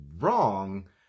wrong